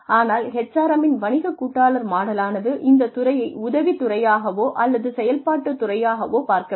ஆனால் HRM இன் வணிக கூட்டாளர் மாடலானது இந்த துறையை உதவித் துறையாகவோ அல்லது செயல்பாட்டு துறையாகவோ பார்க்கவில்லை